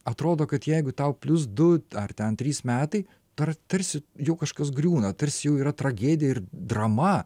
atrodo kad jeigu tau plius du ar ten trys metai ta tarsi jau kažkas griūna tarsi jau yra tragedija ir drama